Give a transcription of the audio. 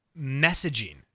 messaging